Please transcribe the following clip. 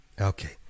Okay